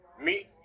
meet